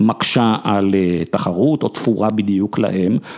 ‫מקשה על תחרות ‫או תפורה בדיוק להן.